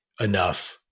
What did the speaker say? enough